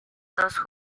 dos